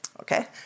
Okay